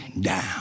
down